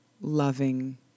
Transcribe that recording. loving